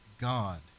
God